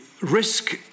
Risk